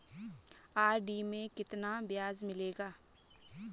RD में कितना ब्याज मिलेगा?